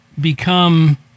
become